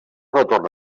retorn